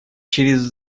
через